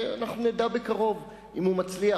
ואנחנו נדע בקרוב אם הוא מצליח,